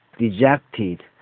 dejected